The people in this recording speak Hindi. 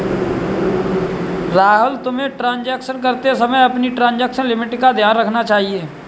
राहुल, तुम्हें ट्रांजेक्शन करते समय अपनी ट्रांजेक्शन लिमिट का ध्यान रखना चाहिए